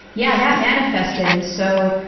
yeah, that manifested. and so,